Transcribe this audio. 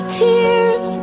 tears